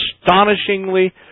astonishingly